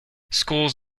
schools